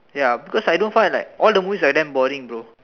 ya because I don't find like all the movies are damn boring bro